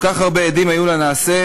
כל כך הרבה עדים היו לנעשה,